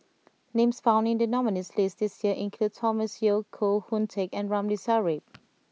names found in the nominees' list this year include Thomas Yeo Koh Hoon Teck and Ramli Sarip